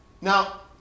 Now